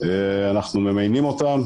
אנחנו ממיינים אותם,